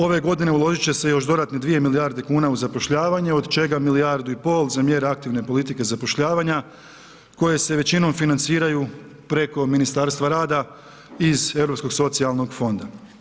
Ove godine uložit će se još dodatne 2 milijarde kuna u zapošljavanje od čega 1,5 milijarde za mjere aktivne politike zapošljavanja koje se većinom financiraju preko Ministarstva rada iz Europskog socijalnog fonda.